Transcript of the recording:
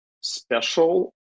special